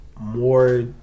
more